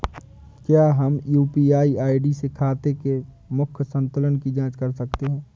क्या हम UPI ID से खाते के मूख्य संतुलन की जाँच कर सकते हैं?